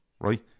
right